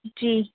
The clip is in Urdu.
جی